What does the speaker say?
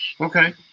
Okay